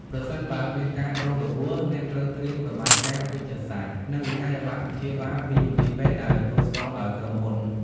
ប្រសិនបើមានការរងរបួស អ្នកត្រូវត្រៀម របាយការណ៍វេជ្ជសាស្ត្រ និងវិក្កយបត្រព្យាបាលពីមន្ទីរពេទ្យដែលទទួលស្គាល់ដោយក្រុមហ៊ុន។